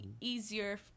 easier